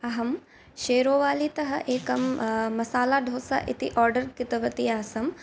अहं शेरोवालीतः एकं मसालाढोसा इति आर्डर् कृतवती आसम्